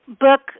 book